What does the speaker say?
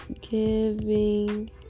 giving